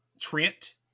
Trent